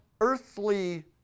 earthly